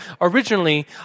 originally